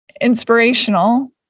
inspirational